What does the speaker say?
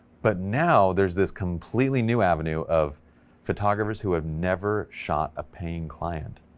but now there's this completely new avenue of photographers, who have never shot a paying client,